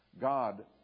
God